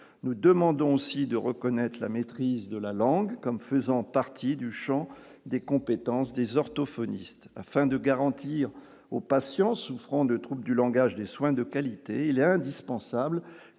nous demandons aussi de reconnaître la maîtrise de la langue comme faisant partie du Champ des compétences, des orthophonistes, afin de garantir aux patients souffrant de trouble du langage, des soins de qualité, il est indispensable